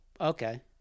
Okay